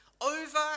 over